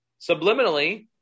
Subliminally